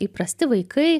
įprasti vaikai